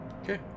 Okay